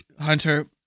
Hunter